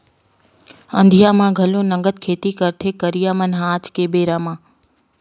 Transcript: अंधिया म घलो नंगत खेती करथे करइया मन ह आज के बेरा म